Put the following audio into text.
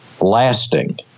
lasting